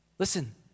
Listen